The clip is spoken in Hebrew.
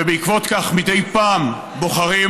ובעקבות זאת מדי פעם בוחרים,